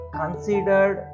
considered